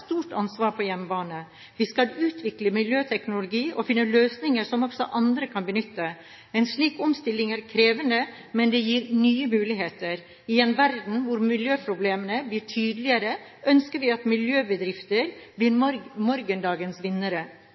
stort ansvar på hjemmebane. Vi skal utvikle miljøteknologi og finne løsninger som også andre kan benytte. En slik omstilling er krevende, men det gir nye muligheter. I en verden hvor miljøproblemene blir tydeligere, ønsker vi at miljøbedrifter blir morgendagens vinnere.